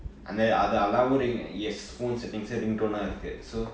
அந்த அதே:antha athe alarm ring yes phone settings ringtone இருக்கு:irukku